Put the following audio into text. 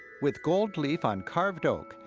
with gold leaf on carved oak,